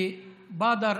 אוטובוס.